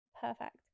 perfect